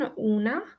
una